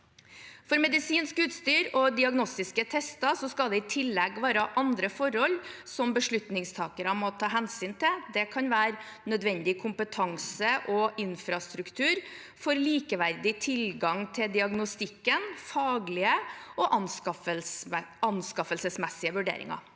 For medisinsk utstyr og diagnostiske tester skal det i tillegg være andre forhold som beslutningstakere må ta hensyn til. Det kan være nødvendig kompetanse og infrastruktur for likeverdig tilgang til diagnostikken og faglige og anskaffelsesmessige vurderinger.